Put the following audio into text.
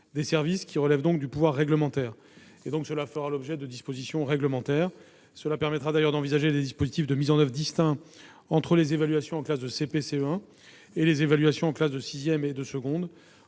des services, qui relève donc du pouvoir réglementaire et fera, à ce titre, l'objet de dispositions réglementaires. Cela permettra d'ailleurs d'envisager des dispositifs de mise en oeuvre distincts entre les évaluations en classes de CP et de CE1, d'une part, et les évaluations en classes de sixième et